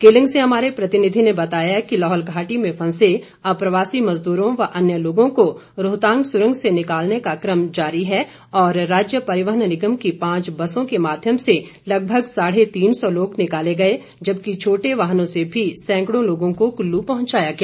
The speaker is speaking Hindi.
केलंग से हमारे प्रतिनिधि ने बताया कि लाहौल घाटी में फंसे अप्रवासी मजदूरों व अन्य लोगों को रोहतांग सुरंग से निकालने का क्रम जारी और राज्य परिवहन निगम की पांच बसों के माध्यम से लगभग साढे तीन सौ लोग निकाले गए जबकि छोटे वाहनों से भी सैंकड़ों लोगों को कुल्लू पहुंचाया गया